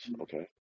Okay